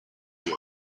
peer